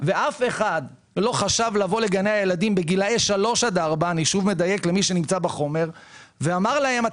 ואף אחד לא חשב לבוא לגני הילדים בגילאי שלוש עד ארבע ואמר להם,